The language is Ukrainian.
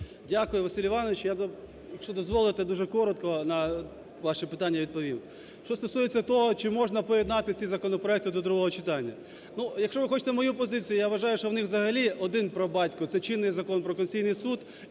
Дякую, Василь Іванович. Якщо дозволите я дуже коротко на ваші питання відповім. Що стосується того, чи можна поєднати ці законопроекти до другого читання? якщо ви хочете мою позицію, я вважаю, що у них взагалі один прабатько – це чинний Закон про Конституційний Суд